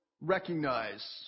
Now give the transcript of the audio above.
recognize